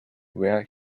where